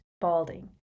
balding